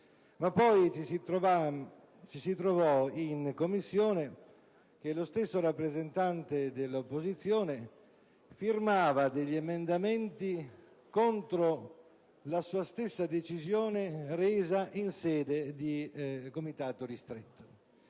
ma poi ci si trovò in Commissione di fronte al fatto che lo stesso rappresentante dell'opposizione aveva firmato degli emendamenti contrari alla sua stessa decisione resa in sede di Comitato ristretto.